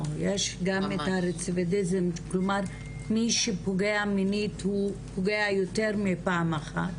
מי שפוגע מינית הוא פוגע יותר מפעם אחת,